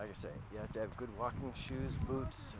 logs you say you have to have good walking shoes boots